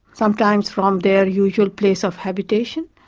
sometimes from their usual place of habitation,